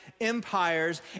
empires